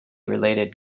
related